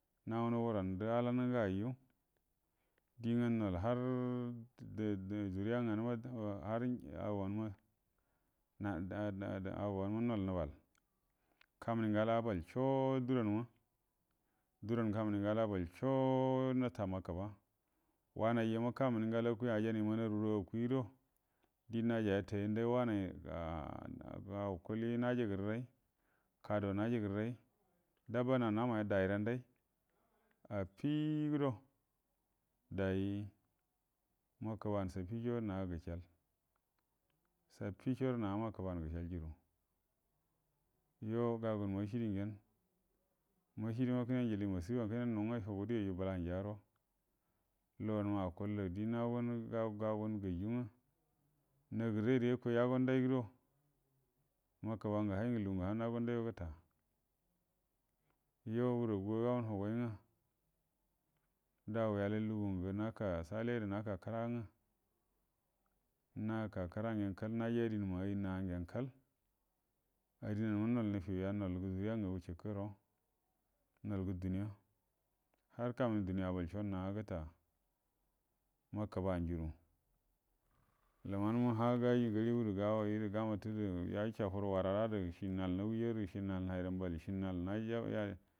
Nawunə hurandə adannanga yu, diengə nol har juriyu nganəma har agonma ndadu agon ma nol nəbal, kaməniengə al. abak co duranma, duram kaməniengə al. abakco nəta makəba wanayyuma kaməniengə al akui ajan yəman aru guəro akuiguəro die najay a tayyandal, ga, a kulie najagərray, kado najagərray, dabba na namal a dayranday, afigudo dal makəban safico na gəcəal safico guədo na makəban gəcəal juru, yuo gagudi masədie gyen masədiema yuo bəlan gə masifa naw ngə hugudə yajue bəlan juyagə, lu’wunma akuə gərə gagun ganjuegwə, nagərray gərə yakoy yagundal guəro makabu ngə haygə bugungə ha nagundal gəta, yuo hura gu’a gawunə huguay ngwə, dawi alal lugungə sale, gərə naka kəra ngwə naka kəra gyen kal, daji adinma ay na gyen kal, adin’anma nol nufiya nol gə juri ya ngagu jikə guəro, nol gə duniy, har kaməniengo duniya abal congə na gəta makəban juru, ləman ma ha gaji ngaribu gərə gaway gərə gama təngwə məgan yacəafu rə warara gərə cie nal nawujay, cie nal nahi mbal cie, cie nal.